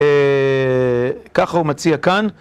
ככה הוא מציע כאן.